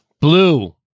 Blue